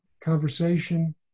conversation